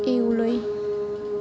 এগুলো